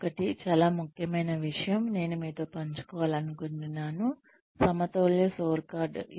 మరొకటి చాలా ముఖ్యమైన విషయం నేను మీతో పంచుకోవాలనుకుంటున్నాను సమతుల్య స్కోర్కార్డ్